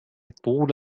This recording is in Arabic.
طول